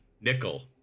Nickel